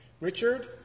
Richard